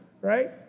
right